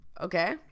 okay